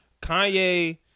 kanye